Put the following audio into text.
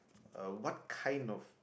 uh what kind of